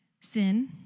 Sin